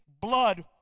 blood